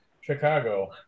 Chicago